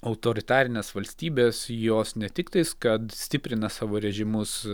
autoritarinės valstybės jos ne tik tais kad stiprina savo režimus